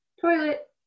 toilet